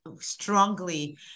Strongly